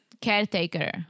caretaker